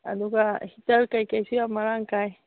ꯑꯗꯨꯒ ꯍꯤꯇꯔ ꯀꯩ ꯀꯩꯁꯨ ꯌꯥꯝ ꯃꯔꯥꯡ ꯀꯥꯏ